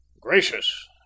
Gracious